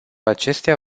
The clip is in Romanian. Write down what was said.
acestea